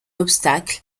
obstacle